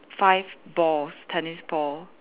five balls tennis ball